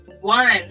One